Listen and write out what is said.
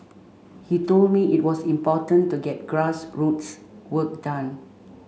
he told me it was important to get grassroots work done